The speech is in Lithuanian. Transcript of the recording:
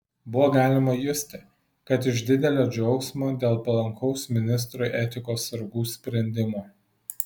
buvo galima justi kad iš didelio džiaugsmo dėl palankaus ministrui etikos sargų sprendimo